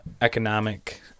economic